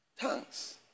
tongues